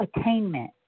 attainment